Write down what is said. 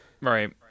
Right